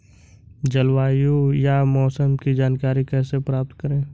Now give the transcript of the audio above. जलवायु या मौसम की जानकारी कैसे प्राप्त करें?